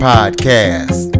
Podcast